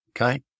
Okay